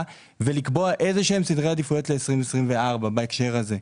ולקבוע איזה שהם סדרי עדיפויות ל-2024 בהקשר הזה.